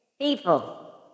people